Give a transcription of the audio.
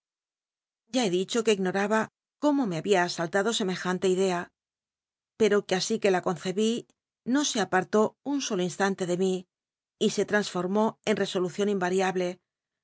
ya he dicho que ignoraba cómo me babia asa llado semejante idea pcro que así clttc la concebí no se ap utú un solo in lante de mí y se trasformó en resolucion inrariable